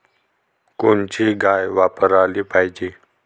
कोनची गाय वापराली पाहिजे?